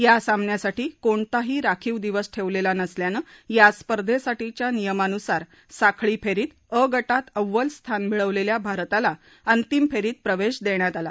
या सामन्यासाठी कोणताही राखीव दिवस ठेवलेला नसल्यानं या स्पर्धेसाठीच्या नियमानुसार साखळी फेरीत अ गटात अव्वल स्थान मिळवलेल्या भारताला अंतिम फेरीत प्रवेश देण्यात आला